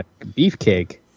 beefcake